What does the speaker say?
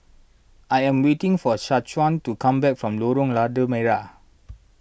I am waiting for Shaquan to come back from Lorong Lada Merah